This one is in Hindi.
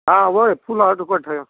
हाँ वो फुल ऑटो कट है